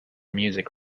music